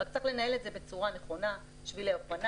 רק צריך לנהל את זה בצורה נכונה שבילי אופניים,